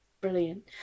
Brilliant